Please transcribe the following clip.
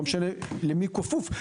לא משנה למי הוא כפוף.